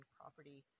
property